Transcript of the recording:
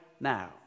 now